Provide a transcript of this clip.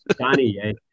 Danny